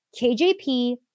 KJP